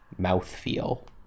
mouthfeel